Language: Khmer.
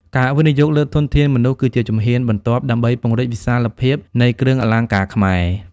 ការវិនិយោគលើធនធានមនុស្ស គឺជាជំហានបន្ទាប់ដើម្បីពង្រីកវិសាលភាពនៃគ្រឿងអលង្ការខ្មែរ។